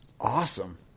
Awesome